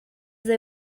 they